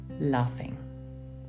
laughing